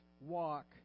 walk